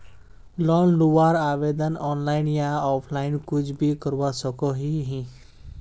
Loan लुबार आवेदन online या ऑफलाइन कुछ भी करवा सकोहो ही?